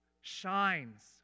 shines